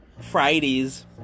fridays